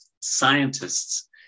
scientists